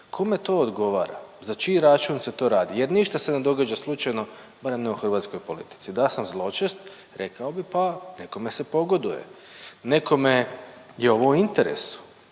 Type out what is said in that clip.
Kome to odgovara? Za čiji račun se to radi? Jer ništa ne događa slučajno, barem ne u hrvatskoj politici. Da sam zločest rekao bi pa nekome se pogoduje, nekome je ovo u interesu.